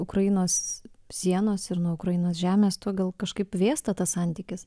ukrainos sienos ir nuo ukrainos žemės tuo gal kažkaip vėsta tas santykis